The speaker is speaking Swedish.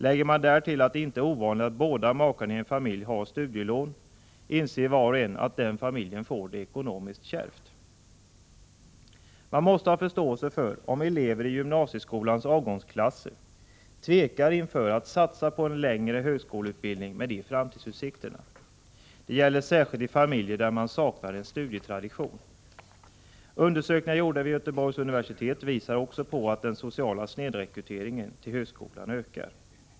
Lägger man därtill att det inte är ovanligt att båda makarna i en familj har studielån, inser var och en att den familjen får det ekonomiskt kärvt. Man måste ha förståelse för om elever i gymnasieskolans avgångsklasser tvekar inför att satsa på en längre högskoleutbildning med de framtidsutsikterna. Detta gäller särskilt i familjer där man saknar en studietradition. Undersökningar gjorda vid Göteborgs universitet visar också på att den sociala snedrekryteringen till högskolan ökar.